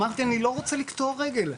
אמרתי שאני לא רוצה לקטוע רגל,